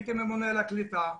הייתי ממונה על הקליטה,